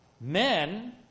men